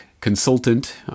consultant